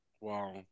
wow